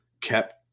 kept